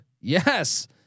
Yes